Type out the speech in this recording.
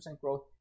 growth